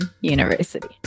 University